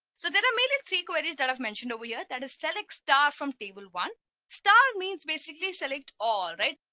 so there are mainly three queries that have mentioned over here. that is select star from table one star means basically select. all right,